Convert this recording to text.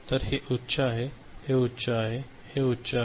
तर हे उच्च आहे हे उच्च आहे हे उच्च आहे